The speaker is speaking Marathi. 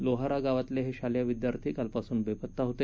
लोहारा गावातले हे शालेय विद्यार्थी कालपासून बेपत्ता होते